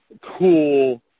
cool